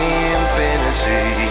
infinity